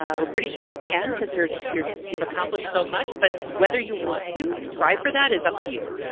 ah we're pretty sure you can, because you're you're so you've accomplished so much. but whether you want to try for that is up to you.